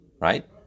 right